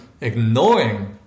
ignoring